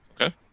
Okay